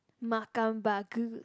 makan bagus